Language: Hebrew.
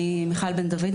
אני מיכל בן דויד,